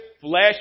flesh